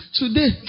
today